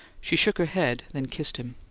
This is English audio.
she shook her head, then kissed him.